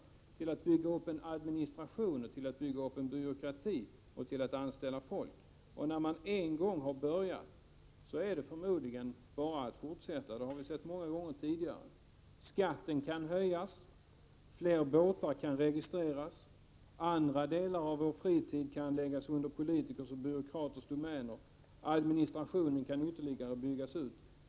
De skall användas till att bygga upp en administration, en byråkrati, och till att anställa människor. När man en gång har börjat, är det förmodligen bara att fortsätta. Det har vi sett många gånger tidigare. Skatten kan höjas. Fler båtar kan registreras. Andra delar av vår fritid kan läggas under politikers och byråkraters domäner. Administrationen kan ytterligare byggas ut.